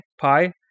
Pi